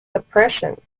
suppression